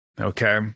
Okay